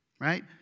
right